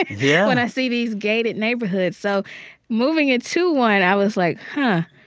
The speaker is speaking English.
yeah when i see these gated neighborhoods. so moving into one, i was like, huh.